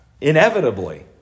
inevitably